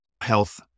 health